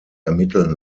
ermitteln